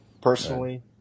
personally